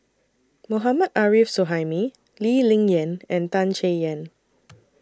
Mohammad Arif Suhaimi Lee Ling Yen and Tan Chay Yan